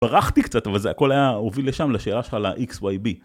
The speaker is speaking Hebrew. ברחתי קצת אבל זה הכל היה הוביל לשם לשאלה שלה x y b